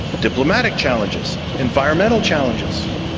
diplomatic challenges, environmental challenges.